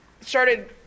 started